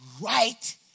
right